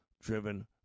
driven